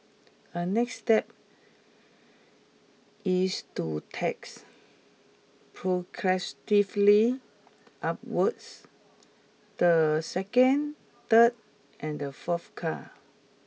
a next step is to tax progressively upwards the second third and the fourth car